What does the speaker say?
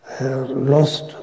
lost